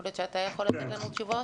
יכול להיות שאתה יכול לתת לנו תשובות?